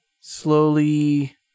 slowly